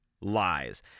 lies